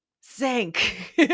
sink